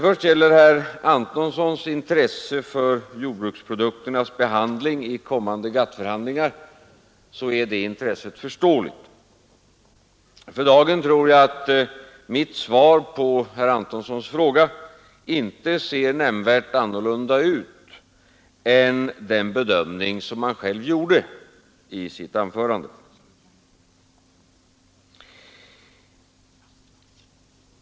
Herr Antonssons intresse för jordbruksprodukternas behandling vid kommande GATT-förhandlingar är förståeligt. För dagen tror jag att mitt svar på herr Antonssons fråga inte ser nämnvärt annorlunda ut än den bedömning som han själv gjorde i sitt anförande.